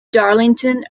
darlington